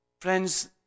Friends